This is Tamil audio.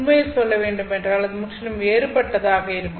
உண்மையில் சொல்ல வேண்டுமென்றால் அது முற்றிலும் வேறுபட்டதாக இருக்கும்